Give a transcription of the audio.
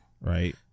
right